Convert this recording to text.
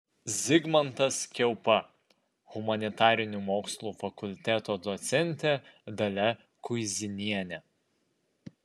zigmantas kiaupa humanitarinių mokslų fakulteto docentė dalia kuizinienė